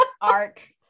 arc